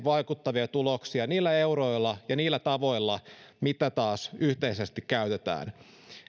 vaikuttavia tuloksia niillä euroilla ja niillä tavoilla mitä taas yhteisesti käytetään